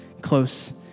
close